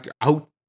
out